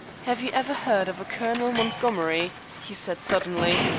have you ever heard of a colonel montgomery? he said suddenly,